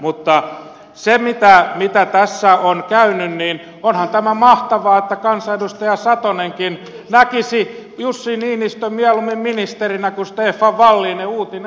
mutta se mitä tässä on käynyt niin onhan tämä mahtavaa että kansanedustaja satonenkin näkisi jussi niinistön mieluummin ministerinä kuin stefan wallinin